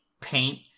paint